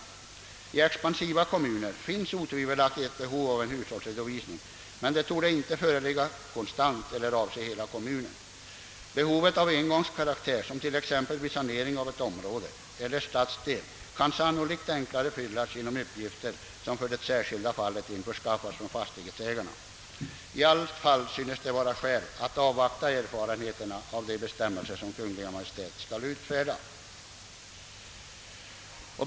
I expansiva kommuner finns otvivelaktigt ett visst behov av en hushållsredovisning men det torde inte föreligga konstant eller avse hela kommunen. Behov av engångskaraktär, t.ex. vid sanering av ett område eller en stadsdel, kan sannolikt enklare fyllas genom uppgifter som för det särskilda fallet införskaffas från fastighetsägarna. I allt fall synes det vara skäl att avvakta erfarenheterna av de bestämmelser som Kungl. Maj:t skall utfärda.